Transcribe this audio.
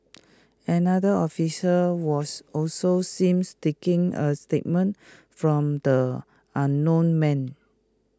another officer was also seems taking A statement from the unknown man